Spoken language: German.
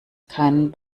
keinen